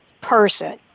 person